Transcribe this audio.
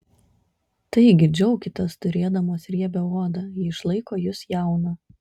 taigi džiaukitės turėdamos riebią odą ji išlaiko jus jauną